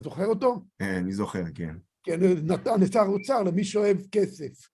זוכר אותו? אה, אני זוכר, כן. כן, נתן לשר האוצר למי שאוהב כסף.